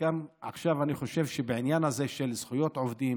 ועכשיו אני חושב שבעניין הזה של זכויות עובדים,